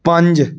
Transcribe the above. ਪੰਜ